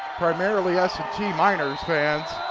primarily s and t miners fans.